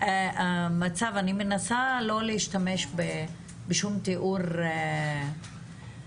אני מנסה לא להשתמש בשום תיאור פוגע,